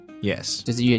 Yes